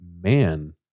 man